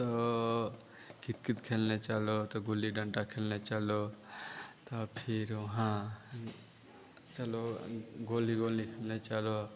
तो कितकित खेलने चलो तो गुल्ली डंडा खेलने चलो तो फिर वहाँ चलो गुल्ली गुल्ली खेलने चलो